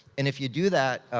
and if you do that,